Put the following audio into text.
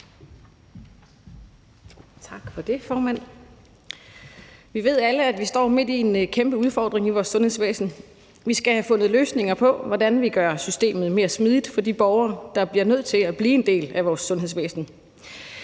Tak for det, formand. Vi ved alle, at vi står midt i en kæmpe udfordring i vores sundhedsvæsen. Vi skal have fundet løsninger på, hvordan vi gør systemet mere smidigt for de borgere, der bliver nødt til at blive hjulpet af vores sundhedsvæsen.